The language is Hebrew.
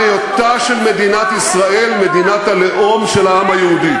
על היותה של מדינת ישראל מדינת הלאום של העם היהודי.